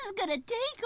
gonna take a